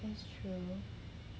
that's true